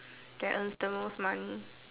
that earns the most money